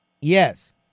Yes